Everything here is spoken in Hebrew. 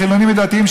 חילונים ודתיים,